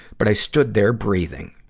but i stood there breathing,